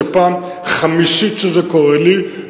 זו פעם חמישית שזה קורה לי,